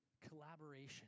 Collaboration